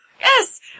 yes